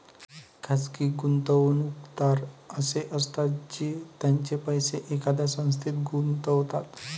खाजगी गुंतवणूकदार असे असतात जे त्यांचे पैसे एखाद्या संस्थेत गुंतवतात